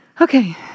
Okay